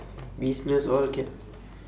business all can